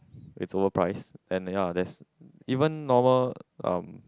it's overpriced and ya there's even normal um